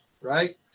right